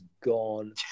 gone